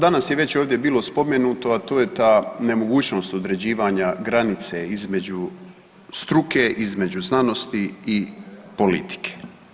danas je već ovdje bilo spomenuto, a to je ta nemogućnost određivanja granice između struke, između znanosti i politike.